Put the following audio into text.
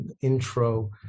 intro